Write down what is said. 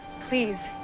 Please